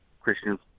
Christian